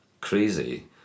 Crazy